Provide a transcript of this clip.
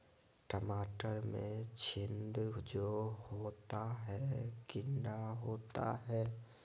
टमाटर में छिद्र जो होता है किडा होता है?